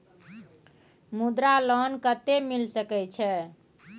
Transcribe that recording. मुद्रा लोन कत्ते मिल सके छै?